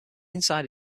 inside